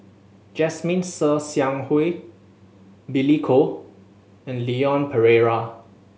Jasmine Ser Xiang Wei Billy Koh and Leon Perera